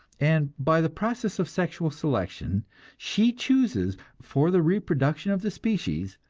and by the process of sexual selection she chooses, for the reproduction of the species,